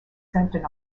centred